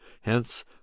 hence